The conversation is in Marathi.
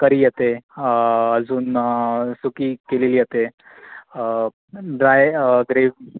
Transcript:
करी येते अजून सुकी केलेली येते ड्राय ग्रेव